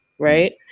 right